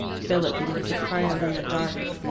philip began to cry out in the dark.